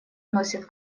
носят